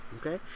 Okay